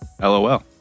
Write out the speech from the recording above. LOL